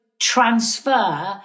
transfer